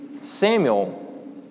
Samuel